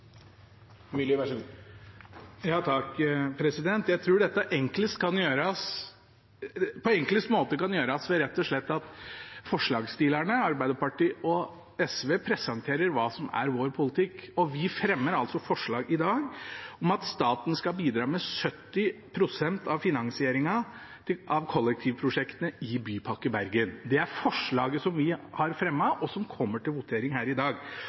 Jeg tror dette på enklest måte kan gjøres ved at vi forslagsstillere – Arbeiderpartiet og Sosialistisk Venstreparti – rett og slett presenterer hva som er vår politikk: Vi fremmer i dag forslag om at staten skal bidra med 70 pst. av finansieringen av kollektivprosjektene i Bypakke Bergen. Det er forslaget som vi har fremmet, og som kommer til votering her